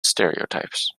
stereotypes